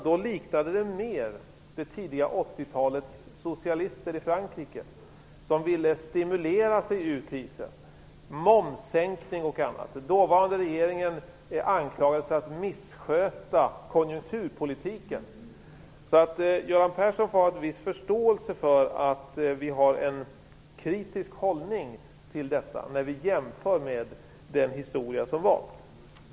Då liknade den mer det tidiga 80-talets socialister i Frankrike som ville stimulera sig ur krisen, med momssänkning och annat. Den dåvarande regeringen anklagades för att missköta konjunkturpolitiken. Göran Persson får ha en viss förståelse för att vi har en kritisk hållning till detta, när vi jämför med det historiska skeendet.